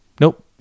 nope